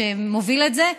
שמוביל את זה,